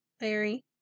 Larry